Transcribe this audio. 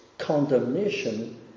condemnation